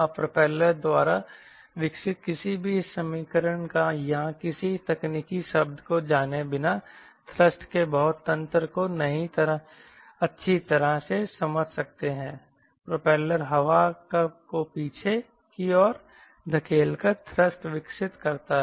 आप प्रोपेलर द्वारा विकसित किसी भी समीकरण या किसी तकनीकी शब्द को जाने बिना थ्रस्ट के बहुत तंत्र को अच्छी तरह से समझ सकते हैं प्रोपेलर हवा को पीछे की ओर धकेलकर थ्रस्ट विकसित करता है